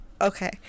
Okay